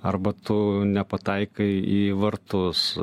arba tu nepataikai į vartus